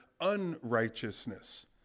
unrighteousness